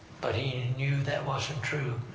but he knew that wasn't true,